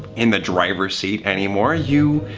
in the driver's seat anymore, you.